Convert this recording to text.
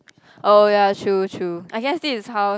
oh ya true true I guess this is how